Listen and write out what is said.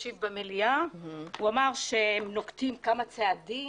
השיב במליאה והוא אמר שהם נוקטים כמה צעדים